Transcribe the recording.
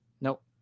Nope